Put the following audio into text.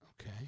Okay